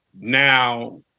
Now